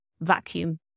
vacuum